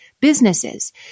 businesses